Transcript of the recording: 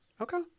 Okay